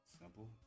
simple